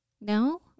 No